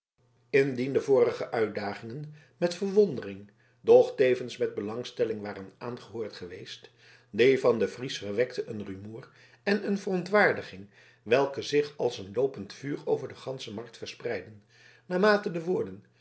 de vorige uitdagingen met verwondering doch tevens met belangstelling waren aangehoord geweest die van den fries verwekte een rumoer en een verontwaardiging welke zich als een loopend vuur over de gansche markt verspreidden naarmate de woorden